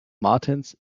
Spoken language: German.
martens